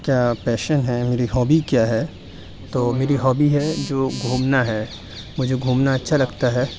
کیا پیشن ہے میری ہابی کیا ہے تو میری ہابی ہے جو گھومنا ہے مجھے گھومنا اچھا لگتا ہے